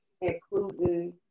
including